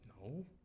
No